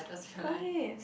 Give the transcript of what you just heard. oh yes